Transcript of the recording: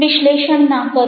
વિશ્લેષણ ના કરો